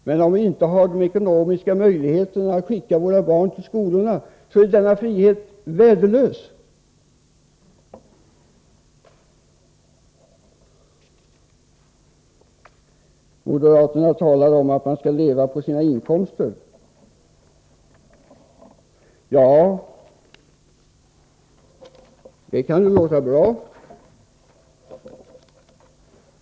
Men om vi inte har ekonomiska möjligheter att skicka våra barn till skolan, är denna frihet värdelös. Moderaterna talar om att man skall leva på sina inkomster. Ja, det kan låta bra.